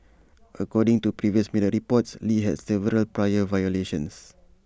according to previous media reports lee had several prior violations